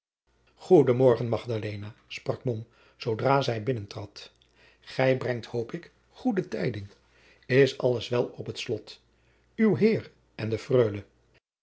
sprak mom zoodra zij binnentrad gij brengt hoop ik goede tijding is alles wel op het slot uw heer en de freule